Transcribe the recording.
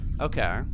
Okay